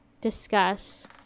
discuss